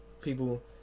people